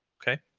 okay.